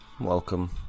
welcome